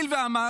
נאור,